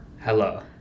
Hello